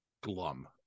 Glum